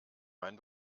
mein